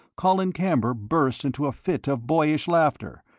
colin camber burst into a fit of boyish laughter,